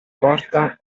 porta